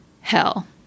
hell